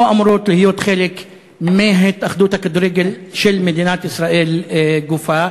אמורות להיות חלק מהתאחדות הכדורגל של מדינת ישראל גופא.